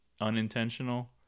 unintentional